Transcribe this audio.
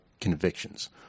convictions